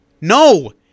No